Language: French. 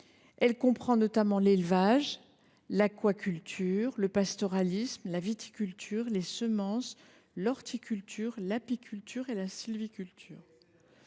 […] comprend notamment l’élevage, l’aquaculture, le pastoralisme, la viticulture, les semences, l’horticulture, l’apiculture et la sylviculture.